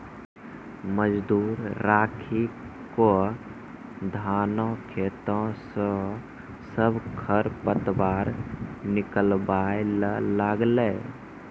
मजदूर राखी क धानों खेतों स सब खर पतवार निकलवाय ल लागलै